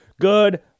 Good